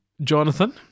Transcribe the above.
Jonathan